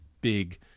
big